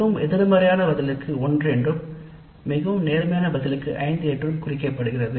மிகவும் நேர்மையான பதிலுக்கு ஐம்பெரும் மிகவும் எதிர்மறையான பதிலுக்கு ஒன்று என்றும் மாணவர்களால் குறிக்கப்படுகிறது